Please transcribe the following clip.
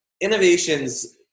innovations